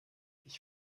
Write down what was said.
ich